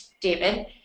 David